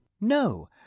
no